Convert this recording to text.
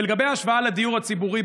ולגבי ההשוואה לדיור הציבורי,